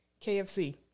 KFC